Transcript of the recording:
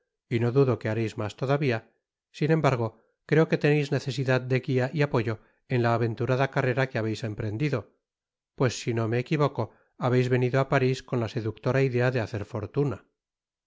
y no dudo que hareis mas todavía sin embargo creo que teneis necesidad de guia y apoyo en la aventurada carrera que habeis emprendido pues si no me equivoco habeis venido á paris con la seductora idea de hacer fortuna